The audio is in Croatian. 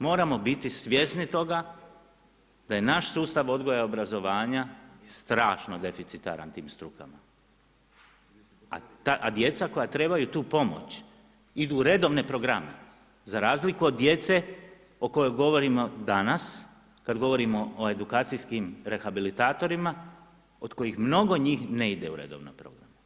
Moramo biti svjesni toga da je naš sustav odgoja i obrazovanja strašno deficitaran tim strukama, a djeca koja trebaju tu pomoć idu u redovne programe za razliku od djece o kojoj govorimo danas kad govorimo o edukacijskim rehabilitatorima od kojih mnogo njih ne ide u redovni program.